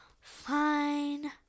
fine